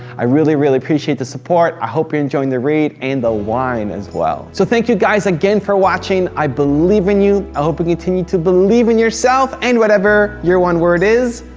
i really, really appreciate the support. i hope you're enjoying the read and the wine as well. so thank you guys again for watching. i believe in you. i hope you continue to believe in yourself and whatever your one word is,